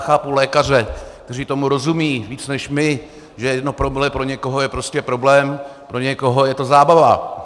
Já chápu lékaře, kteří tomu rozumí víc než my, že jedno promile pro někoho je prostě problém, pro někoho je to zábava.